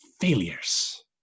failures